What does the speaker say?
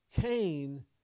Cain